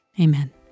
Amen